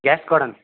gas godown